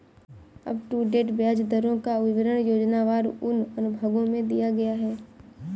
up to date ब्याज दरों का विवरण योजनावार उन अनुभागों में दिया गया है